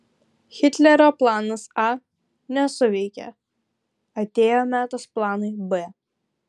hitlerio planas a nesuveikė atėjo metas planui b